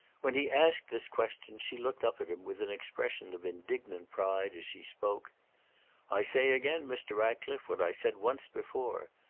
when he asked this question she looked up at him with an expression of indignant pride, as she spoke i say again, mr. ratcliffe, what i said once before.